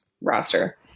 roster